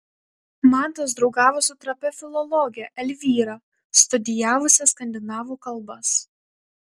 mantas draugavo su trapia filologe elvyra studijavusia skandinavų kalbas